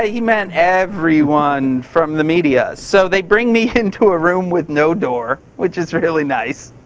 ah he meant everyone from the media. so they bring me into a room with no door, which is really nice.